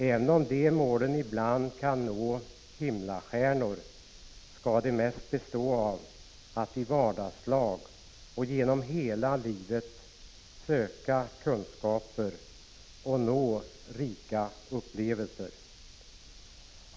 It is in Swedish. Även om de målen ibland gäller himlastjärnor skall det mest vara fråga om att man i vardagslag och genom hela livet söker kunskaper och upplevelser.